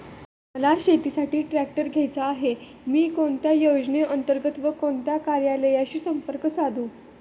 मला शेतीसाठी ट्रॅक्टर घ्यायचा आहे, मी कोणत्या योजने अंतर्गत व कोणत्या कार्यालयाशी संपर्क साधू?